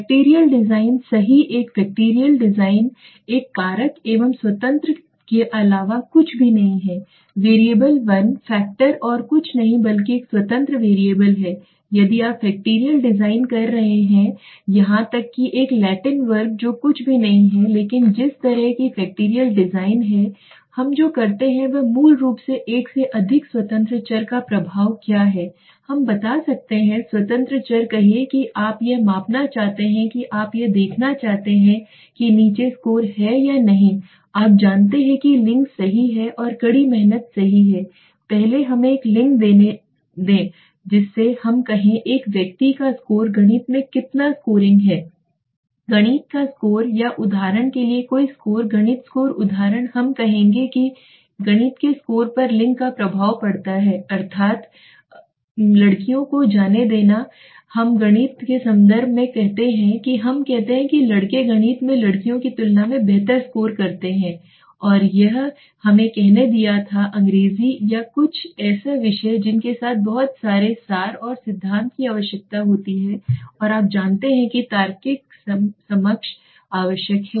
factorial design सही एक factorial design एक कारक एक स्वतंत्र के अलावा कुछ भी नहीं है वेरिएबल वन फैक्टर और कुछ नहीं बल्कि एक स्वतंत्र वैरिएबल है यदि आप फैक्टरियल डिज़ाइन कर रहे हैं या यहां तक कि एक लैटिन वर्ग जो कुछ भी नहीं है लेकिन जिस तरह की फैक्टरियल डिज़ाइन है हम जो करते हैं वह मूल रूप से एक से अधिक स्वतंत्र चर का प्रभाव क्या है हम बता सकते हैं स्वतंत्र चर कहिए कि आप यह मापना चाहते हैं कि आप यह देखना चाहते हैं कि नीचे स्कोर है या नहीं आप जानते हैं कि लिंग सही है और कड़ी मेहनत सही है पहले हमें एक लिंग लेने दें जिससे हम कहें एक व्यक्ति का स्कोर गणित में कितना स्कोरिंग है गणित का स्कोर या उदाहरण के लिए कोई स्कोर गणित स्कोर उदाहरण हम कहेंगे कि गणित के स्कोर पर लिंग का प्रभाव पड़ता है जिसका अर्थ है लड़कियों को जाने देना हम गणित के संदर्भ में कहते हैं कि हम कहते हैं कि लड़के गणित में लड़कियों की तुलना में बेहतर स्कोर करते हैं और यह हमें कहने दिया गया था अंग्रेजी या कुछ या ऐसा विषय जिसके साथ बहुत सारे सार और सिद्धांत की आवश्यकता होती है और आप जानते हैं कि तार्किक समझ आवश्यक है